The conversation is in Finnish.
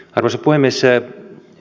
arvoisa puhemies